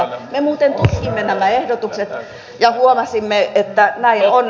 me muuten tutkimme nämä ehdotukset ja huomasimme että näin on